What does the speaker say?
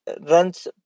runs